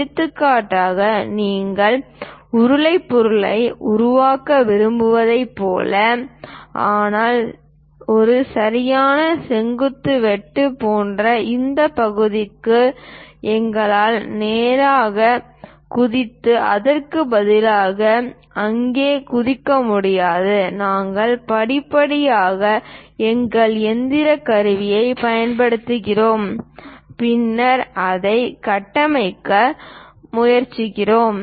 எடுத்துக்காட்டாக நீங்கள் உருளை பொருள்களை உருவாக்க விரும்புவதைப் போல ஆனால் ஒரு சரியான செங்குத்து வெட்டு போன்ற இந்த பகுதிக்கு எங்களால் நேராக குதித்து அதற்கு பதிலாக அங்கே குதிக்க முடியாது நாங்கள் படிப்படியாக எங்கள் இயந்திர கருவியைப் பயன்படுத்துகிறோம் பின்னர் அதைக் கட்டமைக்க முன்னேறுகிறோம்